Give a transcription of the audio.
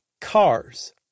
Cars